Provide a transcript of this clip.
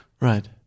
Right